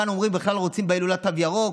כאן אומרים שבכלל רוצים בהילולה תו ירוק.